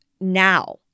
now